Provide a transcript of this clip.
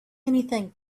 anything